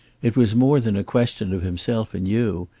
it was more than a question of himself and you.